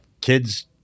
kids